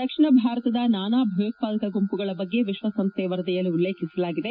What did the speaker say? ದಕ್ಷಿಣ ಭಾರತದ ನಾನಾ ಭಯೋತ್ಪಾದಕ ಗುಂಪುಗಳ ಬಗ್ಗೆ ವಿಶ್ವಸಂಸ್ಥೆಯ ವರದಿಯಲ್ಲಿ ಉಲ್ಲೇಖಿಸಲಾಗಿದೆ